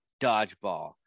dodgeball